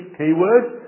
keywords